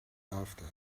after